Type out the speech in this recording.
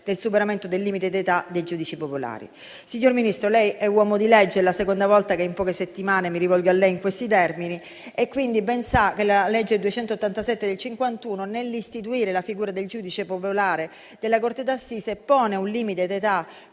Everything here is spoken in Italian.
del superamento del limite d'età dei giudici popolari. Signor Ministro, lei è uomo di legge ed è la seconda volta che in poche settimane mi rivolgo a lei in questi termini. Quindi, lei ben sa che la legge n. 287 del 1951, nell'istituire la figura del giudice popolare della corte d'assise, pone un limite d'età